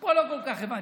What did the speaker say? פה לא כל כך הבנתי,